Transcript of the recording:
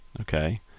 okay